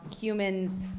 humans